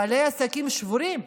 בעלי העסקים שבורים.